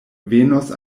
venos